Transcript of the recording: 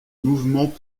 mouvement